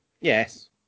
Yes